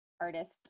artist